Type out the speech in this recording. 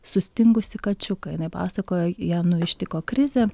sustingusį kačiuką jinai pasakojo ją nu ištiko krizė